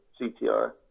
CTR